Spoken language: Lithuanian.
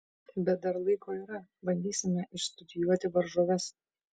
bet dar laiko yra bandysime išstudijuoti varžoves